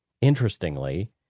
Interestingly